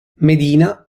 medina